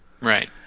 right